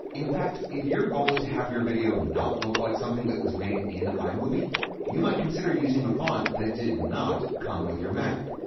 in fact, if your goal is to have your video not look like something that was made in imovie, you might consider using a font that did not come with your mac.